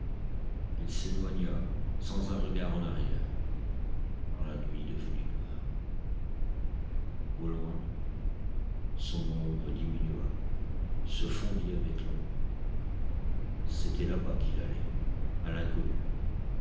il s'éloigna sans un regard en arrière dans la nuit devenue noire au loin son ombre diminua se fondit avec l'ombre c'était là-bas qu'il allait à l'inconnu